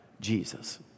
Jesus